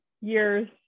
years